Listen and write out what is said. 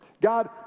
God